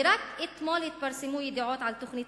ורק אתמול התפרסמו ידיעות על תוכנית